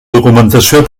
documentació